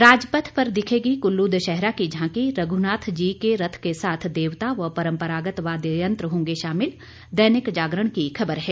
राजपथ पर दिखेगी कुल्लू दशहरा की झांकी रघुनाथ जी के रथ के साथ देवता व परम्परागत वाद्ययंत्र होंगे शामिल दैनिक जागरण की खबर है